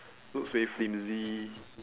looks very flimsy